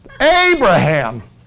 Abraham